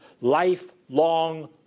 lifelong